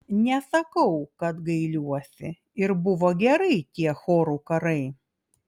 nesakau kad gailiuosi ir buvo gerai tie chorų karai